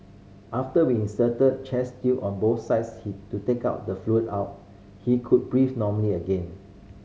after we inserted chest tube on both sides he to take out the fluid out he could breathe normally again